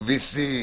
עם VC,